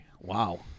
wow